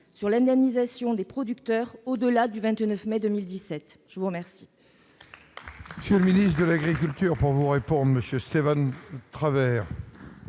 sur l'indemnisation des producteurs au-delà du 29 mai 2017. La parole